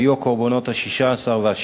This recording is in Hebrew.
הם היו הקורבנות ה-16 וה-17